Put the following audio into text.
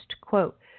Quote